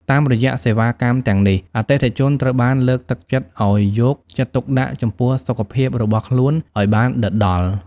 តាមរយៈសេវាកម្មទាំងនេះ អតិថិជនត្រូវបានលើកទឹកចិត្តឲ្យយកចិត្តទុកដាក់ចំពោះសុខភាពរបស់ខ្លួនឱ្យបានដិតដល់។